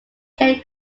cane